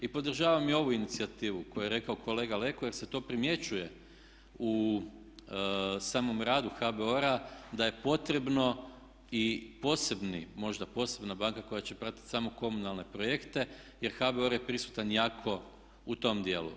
I podržavam i ovu inicijativu koju je rekao kolega Leko, jer se to primjećuje u samom radu HBOR-a da je potrebno i posebni, možda posebna banka koja će pratiti samo komunalne projekte jer HBOR je prisutan jako u tom dijelu.